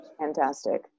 Fantastic